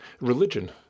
religion